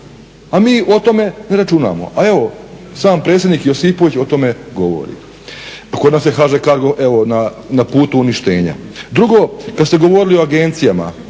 A mi o tome ne računamo. A evo, sam predsjednik Josipović o tome govori. Kod nas je HŽ CARGO evo na putu uništenja. Drugo, kada ste govorili o agencijama